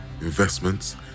investments